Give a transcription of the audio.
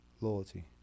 Loyalty